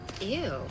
Ew